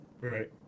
Right